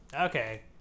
okay